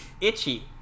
itchy